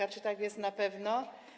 A czy tak jest na pewno?